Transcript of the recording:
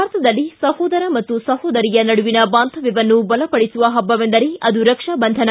ಭಾರತದಲ್ಲಿ ಸಹೋದರ ಮತ್ತು ಸಹೋದರಿಯ ನಡುವಿನ ಬಾಂಧವ್ದವನ್ನು ಬಲಪಡಿಸುವ ಹಬ್ಬವೆಂದರೆ ಅದು ರಕ್ಷಾ ಬಂಧನ